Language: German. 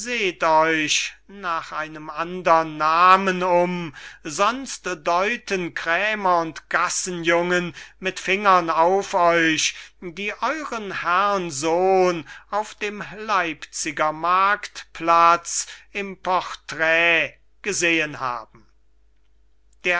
nach einem andern namen um sonst deuten krämer und gassenjungen mit fingern auf euch die euren herrn sohn auf dem leipziger marktplatz im portrait gesehen haben